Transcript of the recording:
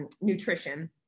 nutrition